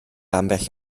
ambell